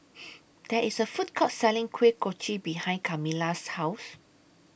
There IS A Food Court Selling Kuih Kochi behind Kamilah's House